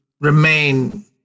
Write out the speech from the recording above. remain